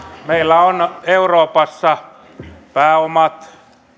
meillä euroopassa pääomat